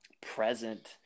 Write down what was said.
present